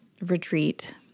retreat